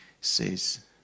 Says